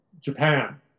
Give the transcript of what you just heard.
Japan